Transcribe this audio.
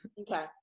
okay